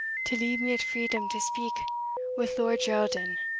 to leave me at freedom to speak with lord geraldin,